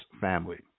family